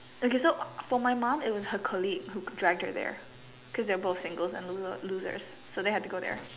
okay so for my mom it was her colleague who dragged her there cause they're both singles and loser losers so they had to go there